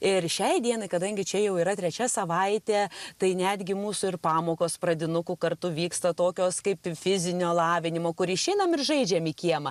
ir šiai dienai kadangi čia jau yra trečia savaitė tai netgi mūsų ir pamokos pradinukų kartu vyksta tokios kaip fizinio lavinimo kur išeinam ir žaidžiam į kiemą